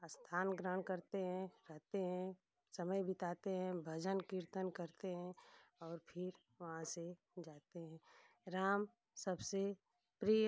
अस्थान ग्रहण करते हैं रहते हैं समय बिताते हैं भजन कीर्तन करते हैं और फिर वहाँ से जाते हैं राम सबसे प्रिय